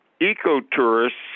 eco-tourists